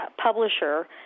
publisher